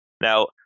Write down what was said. Now